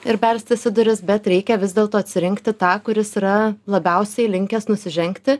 ir belstis į duris bet reikia vis dėlto atsirinkti tą kuris yra labiausiai linkęs nusižengti